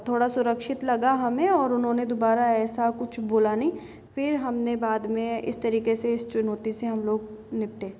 थोड़ा सुरक्षित लगा हमें और उन्होंने दुबारा ऐसा कुछ बोला नहीं फिर हमने बाद में इस तरीके से इस चुनौती से हम लोग निपटे